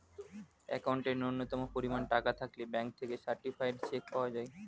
অ্যাকাউন্টে ন্যূনতম পরিমাণ টাকা থাকলে ব্যাঙ্ক থেকে সার্টিফায়েড চেক পাওয়া যায়